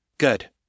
Good